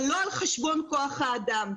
אבל לא על חשבון כוח האדם.